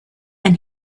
and